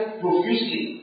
profusely